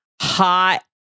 hot